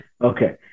Okay